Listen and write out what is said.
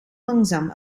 langzaam